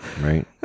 right